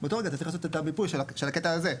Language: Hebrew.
באותו רגע אתה צריך לעשות את המיפוי של הקטע הזה.